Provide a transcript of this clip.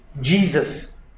Jesus